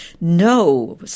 No